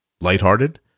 lighthearted